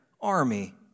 army